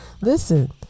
listen